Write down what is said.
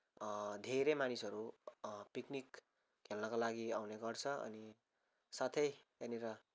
धेरै मानिसहरू पिकनिक खेल्नको लागि आउने गर्छ अनि साथै त्यहाँनिर